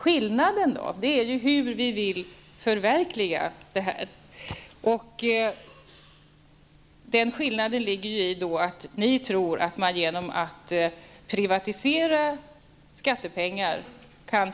Skillnaden ligger i hur vi vill förverkliga allt detta. Ni tror att det kan ske genom att privatisera skattepengar. Vi däremot